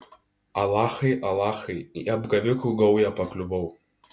alachai alachai į apgavikų gaują pakliuvau